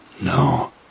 No